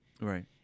Right